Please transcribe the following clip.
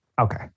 Okay